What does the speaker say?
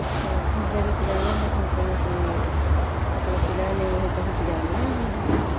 तो उस जगह पे जाना है तो हम सुने कि कपड़ा सिला लें वही कहे की जानना है हमको